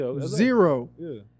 zero